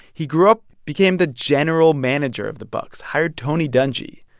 he grew up, became the general manager of the bucs, hired tony dungy.